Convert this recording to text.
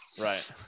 Right